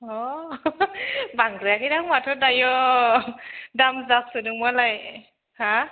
अ बांद्रायाखैदां माथो दायो दाम जासोदों मालाय हा